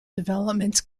developments